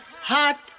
hot